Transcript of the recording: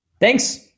Thanks